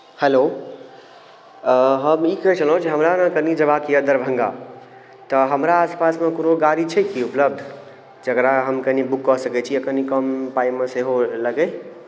hello हम ई कहैत छलहुँ जे हमरा अगर कनि जेबाक यए दरभंगा तऽ हमरा आसपासमे कोनो गाड़ी छै कि उपलब्ध जकरा हम कनि बुक कऽ सकैत छी कनि कम पाइमे सेहो लगय